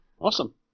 awesome